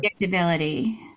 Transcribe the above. predictability